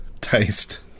taste